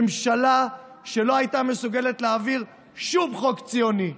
ממשלה שלא הייתה מסוגלת להעביר שום חוק ציוני,